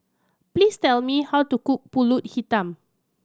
please tell me how to cook Pulut Hitam